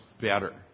better